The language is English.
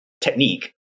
technique